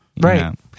right